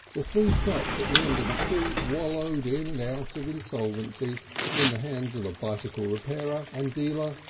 the three shops at the end of the street wallowed in and out of insolvency in the hands of a bicycle repairer and dealer,